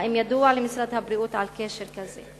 האם ידוע למשרד הבריאות על קשר כזה?